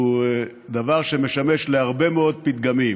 הוא דבר שמשמש להרבה מאוד פתגמים.